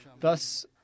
Thus